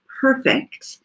perfect